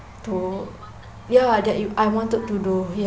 to ya that I wanted to do ya